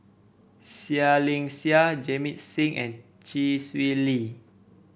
Seah Liang Seah Jamit Singh and Chee Swee Lee